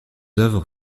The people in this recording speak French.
œuvres